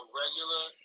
regular